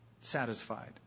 satisfied